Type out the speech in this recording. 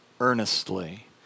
earnestly